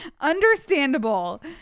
understandable